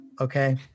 Okay